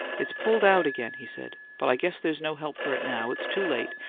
it's pulled out again, he said. but i guess there's no help for it now it's too late,